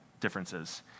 differences